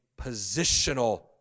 positional